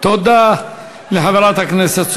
תודה לחברת הכנסת.